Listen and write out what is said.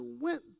went